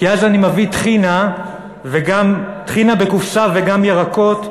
כי אז אני מביא טחינה בקופסה וגם ירקות,